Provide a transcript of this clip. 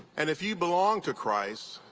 and if you belong to christ,